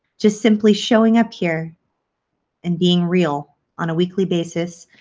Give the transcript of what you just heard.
just simply showing up here and being real on a weekly basis,